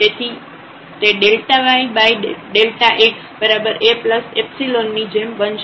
તેથી તે yΔx બરાબર Aϵ ની જેમ બનશે